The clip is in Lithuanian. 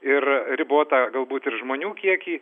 ir ribotą galbūt ir žmonių kiekį